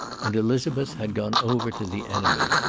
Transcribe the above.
and elizabeth had gone over to the enemy.